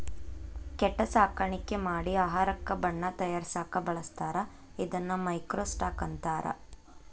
ಕೇಟಾ ಸಾಕಾಣಿಕೆ ಮಾಡಿ ಆಹಾರಕ್ಕ ಬಣ್ಣಾ ತಯಾರಸಾಕ ಬಳಸ್ತಾರ ಇದನ್ನ ಮೈಕ್ರೋ ಸ್ಟಾಕ್ ಅಂತಾರ